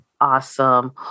Awesome